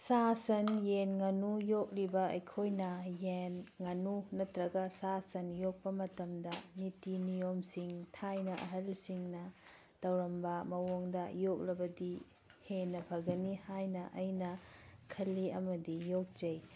ꯁꯥ ꯁꯟ ꯌꯦꯟ ꯉꯥꯅꯨ ꯌꯣꯛꯂꯤꯕ ꯑꯩꯈꯣꯏꯅ ꯌꯦꯟ ꯉꯥꯅꯨ ꯅꯠꯇ꯭ꯔꯒ ꯁꯥ ꯁꯟ ꯌꯣꯛꯄ ꯃꯇꯝꯗ ꯅꯤꯇꯤ ꯅꯤꯌꯣꯝꯁꯤꯡ ꯊꯥꯏꯅ ꯑꯍꯜꯁꯤꯡꯅ ꯇꯧꯔꯝꯕ ꯃꯑꯣꯡꯗ ꯌꯣꯛꯂꯕꯗꯤ ꯍꯦꯟꯅ ꯐꯒꯅꯤ ꯍꯥꯏꯅ ꯑꯩꯅ ꯈꯜꯂꯤ ꯑꯃꯗꯤ ꯌꯣꯛꯆꯩ